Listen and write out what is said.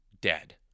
dead